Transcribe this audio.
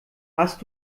hast